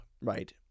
right